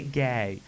gay